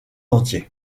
entier